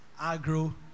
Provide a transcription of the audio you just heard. agro